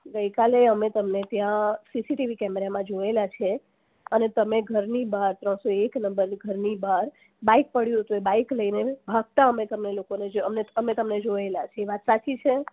ગઈ કાલે અમે તમને ત્યાં સીસીટીવી કેમેરામાં જોયેલા છે અને તમે ઘરની બહાર એક નંબર ઘરની બહાર બાઇક પડ્યું હતું એ બાઇક લઈને ભાગતા અમે તમને લોકોને જોયાં અમે તમને જોયેલાં છે એ વાત સાચી છે